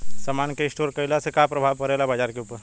समान के स्टोर काइला से का प्रभाव परे ला बाजार के ऊपर?